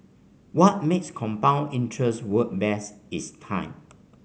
what makes compound interest work best is time